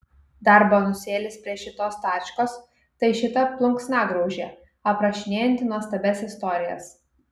dar bonusėlis prie šitos tačkos tai šita plunksnagraužė aprašinėjanti nuostabias istorijas